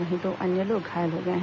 वहीं दो अन्य लोग घायल हो गए हैं